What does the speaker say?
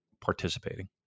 participating